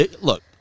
Look